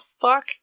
fuck